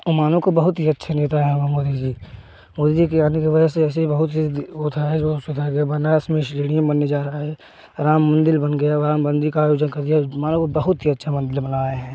उमानो बहुत यक्ष नेता हैं मोदी जी मोदी जी की आने की वजह से बहुत सी होता है जो सुधार गए बनारस में स्टेडियम बनने जा रहा है राम मंदिर बन गया राम मंदिर का आयोजन कर दिया मानों तो बहुत अच्छा मंदिर बनाए हैं